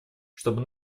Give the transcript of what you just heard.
чтобы